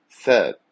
Third